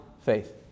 faith